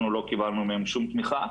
אנחנו לא קיבלנו מהם שום תמיכה.